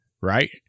Right